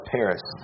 Paris